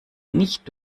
nicht